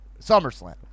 SummerSlam